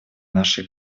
нашей